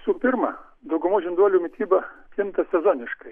visų pirma daugumos žinduolių mityba kinta sezoniškai